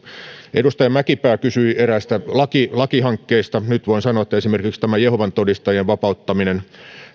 edustaja mäkipää kysyi eräästä lakihankkeesta nyt voin sanoa että esimerkiksi tämä jehovan todistajien vapauttaminen